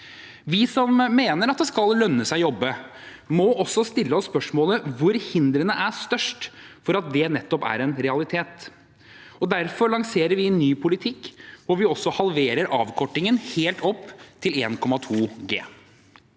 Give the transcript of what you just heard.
Vi som mener at det skal lønne seg å jobbe, må også stille oss spørsmålet om hvor hindrene er størst for at det nettopp er en realitet. Derfor lanserer vi en ny politikk hvor vi også halverer avkortingen helt opp til 1,2 G.